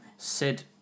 Sid